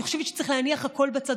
אני חושבת שצריך להניח הכול בצד,